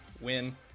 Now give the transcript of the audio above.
win